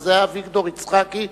וזה היה אביגדור יצחקי,